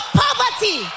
poverty